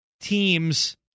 teams